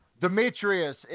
Demetrius